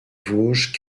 vosges